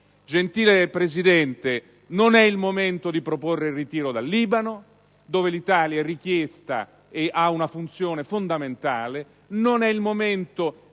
gentile Presidente; non è il momento di proporre il ritiro dal Libano, dove l'Italia è richiesta e ha una funzione fondamentale; non è il momento di derubricare le